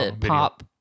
pop